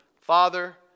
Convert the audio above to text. Father